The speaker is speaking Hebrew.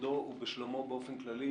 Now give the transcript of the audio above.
בכבודו ובשלומו באופן כללי